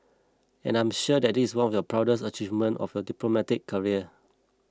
and I'm sure that is one of your proudest achievement of your diplomatic career